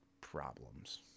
problems